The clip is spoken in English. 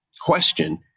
question